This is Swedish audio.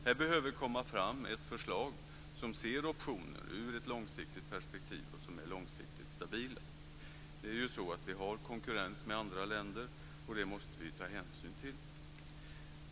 Här behöver komma fram ett förslag som ser optioner ur ett långsiktigt perspektiv och som är långsiktigt stabilt. Det är ju så att vi har konkurrens med andra länder, och det måste vi ta hänsyn till.